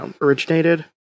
originated